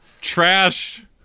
Trash